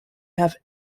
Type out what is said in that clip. have